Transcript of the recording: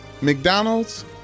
McDonald's